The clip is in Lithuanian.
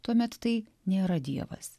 tuomet tai nėra dievas